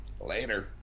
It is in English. Later